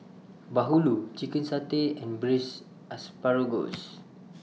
Bahulu Chicken Satay and Braised Asparagus